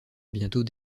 bientôt